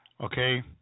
Okay